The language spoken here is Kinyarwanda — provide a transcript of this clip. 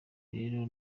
rero